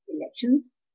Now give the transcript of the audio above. elections